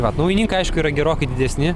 vat naujininkai aišku yra gerokai didesni